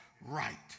right